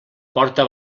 porta